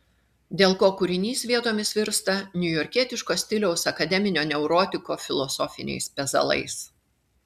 dėl ko kūrinys vietomis virsta niujorkietiško stiliaus akademinio neurotiko filosofiniais pezalais